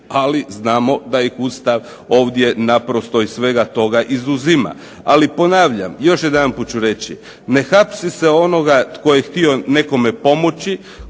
ali znamo da ih Ustav ovdje naprosto iz svega toga izuzima. Ali ponavljam, još jedanput ću reći. Ne hapsi se onoga koji je htio nekome pomoći,